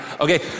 Okay